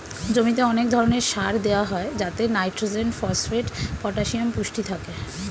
জমিতে অনেক ধরণের সার দেওয়া হয় যাতে নাইট্রোজেন, ফসফেট, পটাসিয়াম পুষ্টি থাকে